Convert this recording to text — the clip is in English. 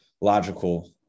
logical